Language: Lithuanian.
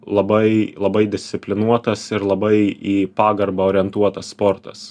labai labai disciplinuotas ir labai į pagarbą orientuotas sportas